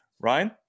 Ryan